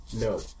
No